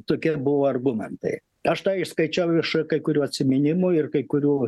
tokie buvo argumentai aš tą išskaičiau iš kai kurių atsiminimų ir kai kurių